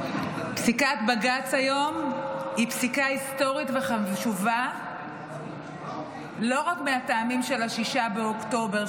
בג"ץ היום היא פסיקה היסטורית וחשובה לא רק מהטעמים של 6 באוקטובר,